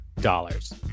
dollars